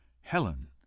Helen